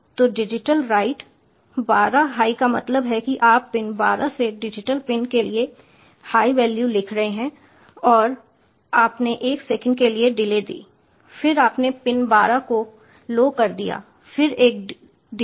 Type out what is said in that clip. तो digital write 12 high का मतलब है कि आप पिन 12 से डिजिटल पिन के लिए हाई वैल्यू लिख रहे हैं और आपने 1 सेकंड के लिए डिले दी फिर आपने पिन 12 को लो कर दिया फिर एक डिले